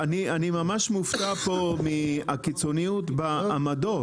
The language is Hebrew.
אני ממש מופתע פה מהקיצוניות בעמדות.